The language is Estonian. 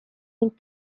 ning